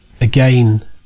again